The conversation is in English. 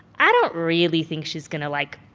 i don't really think she's going to, like,